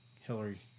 hillary